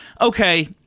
okay